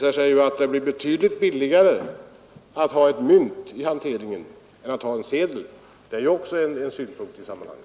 Det har ju visat sig bli betydligt billigare att ha ett mynt i cirkulation än att ha en sedel. Det är också en synpunkt i sammanhanget.